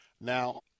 Now